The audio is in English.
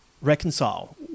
reconcile